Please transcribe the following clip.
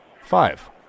five